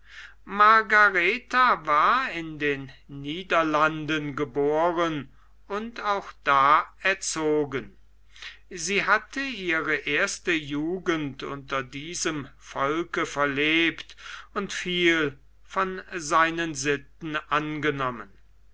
margaretha war in den niederlanden geboren und auch da erzogen sie hatte ihre erste jugend unter diesem volke verlebt und viel von seinen sitten angenommen